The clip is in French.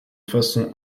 façon